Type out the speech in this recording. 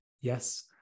Yes